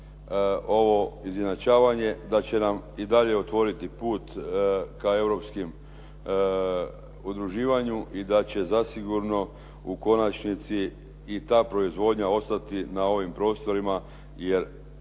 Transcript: ovo izjednačavanje, da će nam i dalje otvoriti put ka europskom udruživanju i da će zasigurno u konačnici i ta proizvodnja ostati na ovim prostorima jer